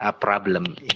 problem